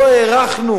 לא הערכנו